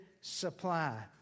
supply